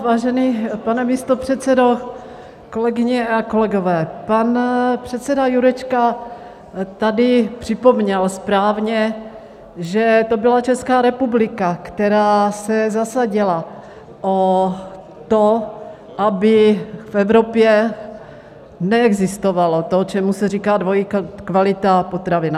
Vážený pane místopředsedo, kolegyně a kolegové, pan předseda Jurečka tady správně připomněl, že to byla Česká republika, která se zasadila o to, aby v Evropě neexistovalo to, čemu se říká dvojí kvalita potravin.